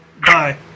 Bye